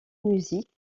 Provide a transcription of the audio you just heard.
musique